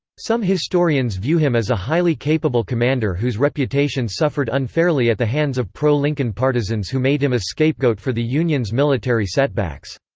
some historians view him as a highly capable commander whose reputation suffered unfairly at the hands of pro-lincoln partisans who made him a scapegoat for the union's military setbacks.